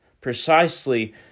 Precisely